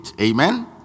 Amen